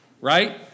right